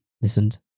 listened